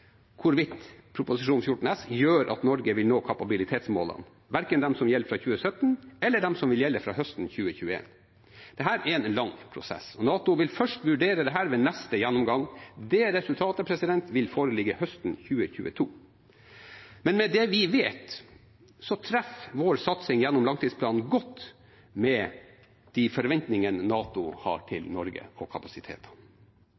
hvorvidt Prop. 14 S gjør at Norge vil nå kapabilitetsmålene, verken de som gjelder fra 2017, eller de som vil gjelde fra høsten 2021. Dette er en lang prosess. NATO vil først vurdere dette ved neste gjennomgang, og det resultatet vil foreligge høsten 2022. Men med det vi vet, treffer vår satsing gjennom langtidsplanen godt, med de forventningene NATO har